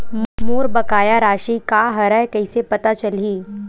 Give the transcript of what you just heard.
मोर बकाया राशि का हरय कइसे पता चलहि?